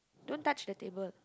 don't touch the table